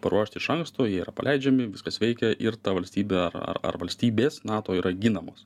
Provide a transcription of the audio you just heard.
paruošti iš anksto jie yra paleidžiami viskas veikia ir ta valstybė ar ar ar valstybės nato yra ginamos